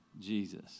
Jesus